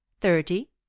thirty